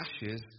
ashes